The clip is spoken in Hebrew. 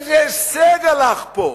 איזה הישג הלך פה: